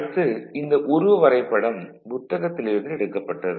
அடுத்து இந்த உருவ வரைபடம் புத்தகத்தில் இருந்து எடுக்கப்பட்டது